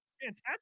Fantastic